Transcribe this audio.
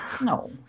no